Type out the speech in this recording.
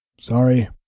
Sorry